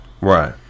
Right